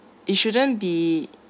it shouldn't be